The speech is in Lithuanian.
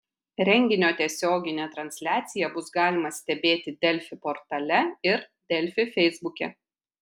renginio tiesioginę transliaciją bus galima stebėti delfi portale ir delfi feisbuke